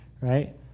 right